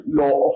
law